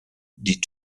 die